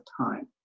time